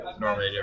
normally